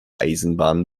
eisenbahn